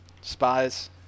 Spies